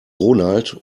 ronald